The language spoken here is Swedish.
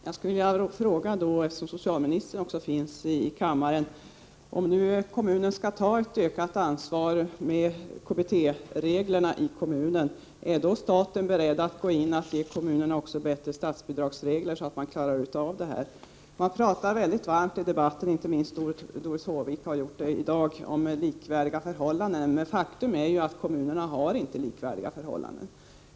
Herr talman! Jag skulle vilja fråga, eftersom socialministern finns i kammaren: Om nu kommunen skall ta ett ökat ansvar genom KBT, är då staten beredd att ge kommunerna bättre statsbidrag, så att de klarar av detta? Man pratar väldigt varmt i debatten —- inte minst Doris Håvik har gjort det i dag —- om likvärdiga förhållanden. Men faktum är att kommunernas förhållanden inte är likvärdiga.